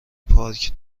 پارک